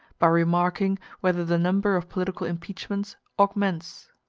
by remarking whether the number of political impeachments augments.